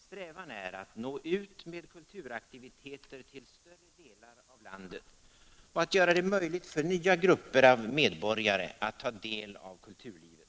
Strävan är att nå ut med kulturaktiviteter till större delar av landet och att göra det möjligt för nya grupper av medborgare att ta del i kulturlivet.